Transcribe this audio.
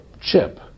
chip